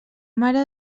mare